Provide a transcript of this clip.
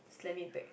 slam it back